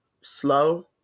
slow